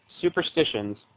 superstitions